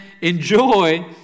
enjoy